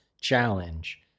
challenge